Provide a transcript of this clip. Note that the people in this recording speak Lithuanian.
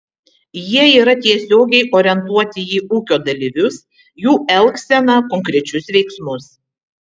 jie yra tiesiogiai orientuoti į ūkio dalyvius jų elgseną konkrečius veiksmus